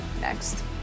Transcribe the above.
next